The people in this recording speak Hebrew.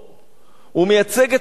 הוא מייצג את העם שלו,